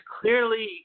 clearly